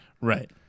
right